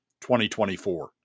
2024